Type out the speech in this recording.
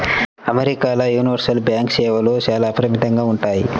అమెరికాల universal bank సేవలు చాలా అపరిమితంగా ఉంటాయి